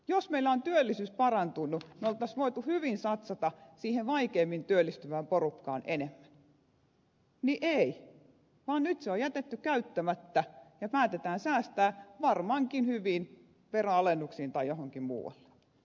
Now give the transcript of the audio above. jos meillä on työllisyys parantunut me olisimme voineet hyvin satsata siihen vaikeimmin työllistyvään porukkaan enemmän mutta ei vaan nyt se on jätetty käyttämättä ja päätetään säästää varmaankin hyviin veronalennuksiin tai johonkin muualle